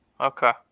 Okay